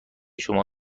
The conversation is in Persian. شما